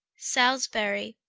salisbury,